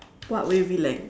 what wavy length